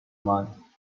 ماند